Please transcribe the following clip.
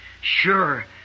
Sure